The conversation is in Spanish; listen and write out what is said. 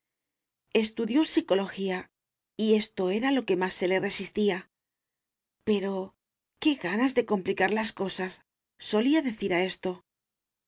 estudió psicología y esto era lo que más se le resistía pero qué ganas de complicar las cosas solía decir a esto